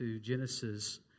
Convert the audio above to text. Genesis